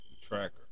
tracker